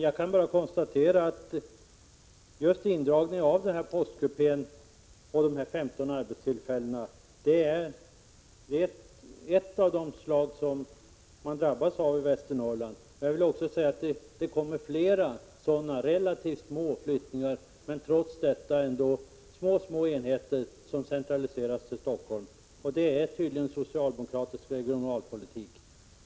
Jag kan bara konstatera att just indragningen av den aktuella postkupén och dessa 15 arbetstillfällen är ett av de slag som man drabbas av i Västernorrland. Det kommer flera sådana relativt små flyttningar, små enheter som flyttas — men trots det är det en centralisering till Stockholm. Det är tydligen detta som är socialdemokratisk regionalpolitik.